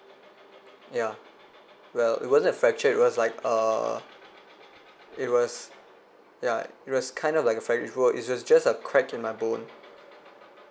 yeah well it wasn't a fractured it was like err it was ya it was kind of like a fra~ it was it was just a crack in my bone